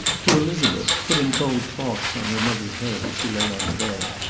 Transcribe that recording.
to elizabeth, putting cold cloths on her mother's head as she lay on the bed,